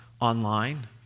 online